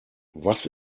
was